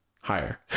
higher